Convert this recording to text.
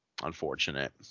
Unfortunate